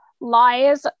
Lies